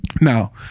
Now